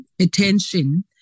attention